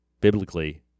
Biblically